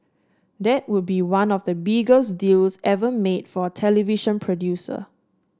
that would be one of the biggest deals ever made for a television producer